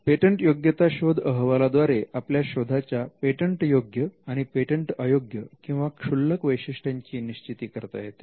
पेटंटयोग्यता शोध अहवाला द्वारे आपल्या शोधाच्या पेटंटयोग्य आणि पेटंटअयोग्य किंवा क्षुल्लक वैशिष्ट्यांची निश्चिती करता येते